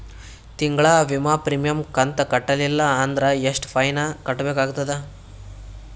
ತಿಂಗಳ ವಿಮಾ ಪ್ರೀಮಿಯಂ ಕಂತ ಕಟ್ಟಲಿಲ್ಲ ಅಂದ್ರ ಎಷ್ಟ ಫೈನ ಕಟ್ಟಬೇಕಾಗತದ?